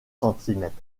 centimètres